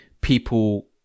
people